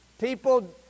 People